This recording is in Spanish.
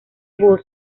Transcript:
voz